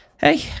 hey